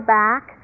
back